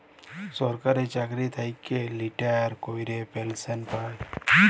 সরকারি চাকরি থ্যাইকে রিটায়ার ক্যইরে পেলসল পায়